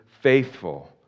faithful